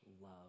love